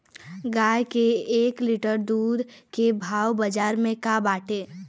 गाय के एक लीटर दूध के भाव बाजार में का बाटे?